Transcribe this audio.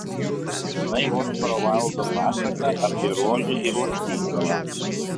tu žinai oskaro vaildo pasaką apie rožę ir lakštingalą